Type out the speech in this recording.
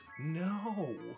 No